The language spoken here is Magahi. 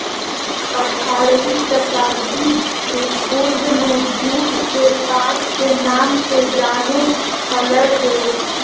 आठारहवीं शताब्दी के पूर्व में जुट के पाट के नाम से जानो हल्हो